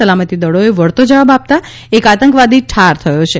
સલામતી દળોએ વળતો જવાબ આપતા એક આતંકવાદી ઠાર થયો છે